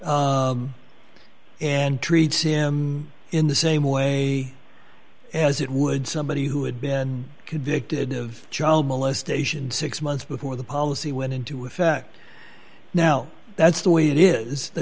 and treats him in the same way as it would somebody who had been convicted of child molestation six months before the policy went into effect now that's the way it is the